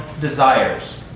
desires